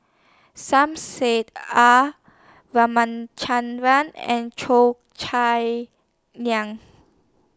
Som Said R Ramachandran and Cheo Chai Niang